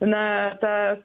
na ta